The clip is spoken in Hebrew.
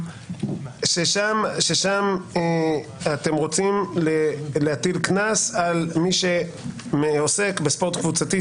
שם אתם רוצים להטיל קנס על מי שעוסק ב-: ספורט קבוצתי,